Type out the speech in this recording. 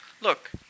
Look